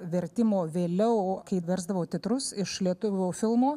vertimų vėliau kai versdavau titrus iš lietuvių filmų